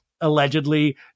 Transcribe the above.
allegedly